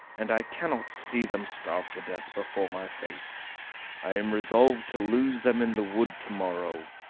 and i cannot see them starve to death before my face i am resolved to lose them in the wood to-morrow,